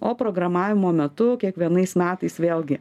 o programavimo metu kiekvienais metais vėlgi